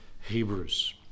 Hebrews